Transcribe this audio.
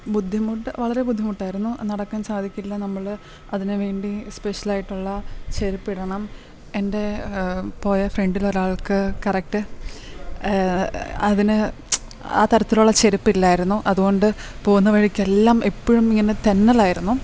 ബുദ്ധിമുട്ട് വളരെ ബുദ്ധിമുട്ടായിരുന്നു നടക്കാൻ സാധിക്കില്ല നമ്മൾ അതിന് വേണ്ടി സ്പെഷ്യലായിട്ടുള്ള ചെരുപ്പിടണം എൻ്റെ പോയ ഫ്രണ്ടിലൊരാൾക്ക് കറക്റ്റ് അതിന് ആ തരത്തിൽ ഉള്ള ചെരുപ്പില്ലായിരുന്നു അതുകൊണ്ട് പോകുന്ന വഴിക്കെല്ലാം എപ്പോഴും ഇങ്ങനെ തെന്നലായിരുന്നു